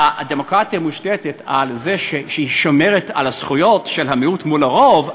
הדמוקרטיה מושתתת על זה שהיא שומרת על הזכויות של המיעוט מול הרוב,